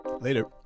Later